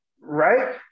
Right